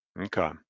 Okay